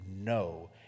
no